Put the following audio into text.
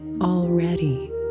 already